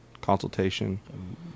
Consultation